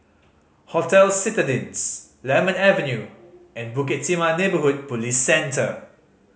Hotel Citadines Lemon Avenue and Bukit Timah Neighbourhood Police Centre